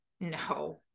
No